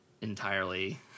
entirely